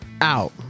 out